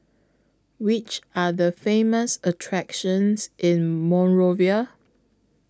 Which Are The Famous attractions in Monrovia